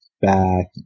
back